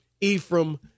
Ephraim